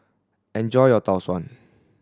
enjoy your Tau Suan